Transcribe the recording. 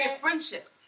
Friendship